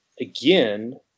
again